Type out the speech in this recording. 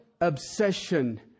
obsession